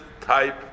type